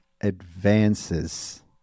advances